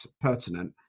pertinent